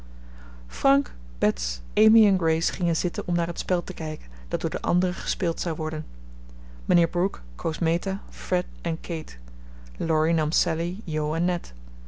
en grace gingen zitten om naar het spel te kijken dat door de anderen gespeeld zou worden mijnheer brooke koos meta fred en kate laurie nam sallie jo en